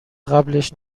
قبلش